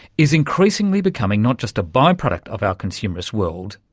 is increasingly becoming not just a by-product of our consumerist world,